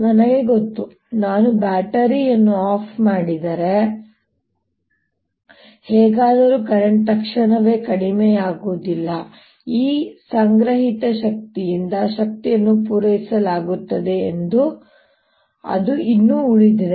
ನನಗೆ ಗೊತ್ತು ನಾನು ಬ್ಯಾಟರಿ ಯನ್ನು ಆಫ್ ಮಾಡಿದರೆ ಹೇಗಾದರೂ ಕರೆಂಟ್ ತಕ್ಷಣವೇ ಕಡಿಮೆಯಾಗುವುದಿಲ್ಲ ಈ ಸಂಗ್ರಹಿತ ಶಕ್ತಿಯಿಂದ ಶಕ್ತಿಯನ್ನು ಪೂರೈಸಲಾಗುತ್ತದೆ ಎಂದು ಅದು ಇನ್ನೂ ಉಳಿದಿದೆ